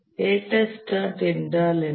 latest start என்றால் என்ன